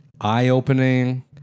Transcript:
Eye-opening